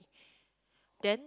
then